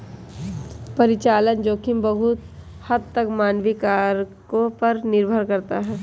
परिचालन जोखिम बहुत हद तक मानवीय कारकों पर निर्भर करता है